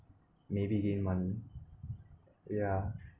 maybe gain money ya